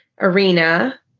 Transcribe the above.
arena